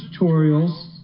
tutorials